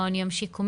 מעון יום שיקומי,